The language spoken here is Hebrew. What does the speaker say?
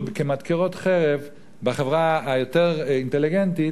כמדקרות חרב בחברה היותר אינטליגנטית